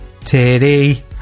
titty